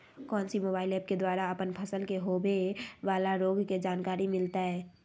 कौन सी mobile app के द्वारा अपन फसल के होबे बाला रोग के जानकारी मिलताय?